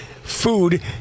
Food